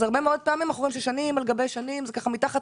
אז הרבה מאוד פעמים אנחנו רואים ששנים על גבי שנים זה מתחת